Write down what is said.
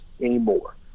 anymore